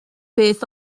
beth